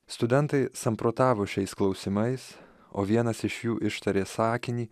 studentai samprotavo šiais klausimais o vienas iš jų ištarė sakinį